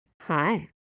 Hi